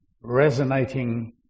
resonating